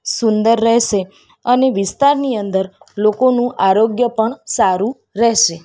સુંદર રહેશે અને વિસ્તારની અંદર લોકોનું આરોગ્ય પણ સારું રહેશે